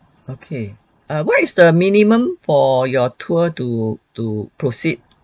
okay err what is the minimum for your tour to to proceed